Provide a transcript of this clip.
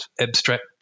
abstract